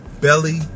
Belly